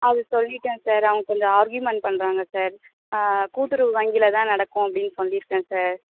ஆது சொல்லிவிட்டேன் சார் அவங்க கொஞ்சம் ஆர்கியூமெண்ட் பண்ணுறாங்க சார் கூட்டுறவு வங்கியில் தான் நடக்கும் அப்படின்னு சொல்லியிருக்கேன் சார்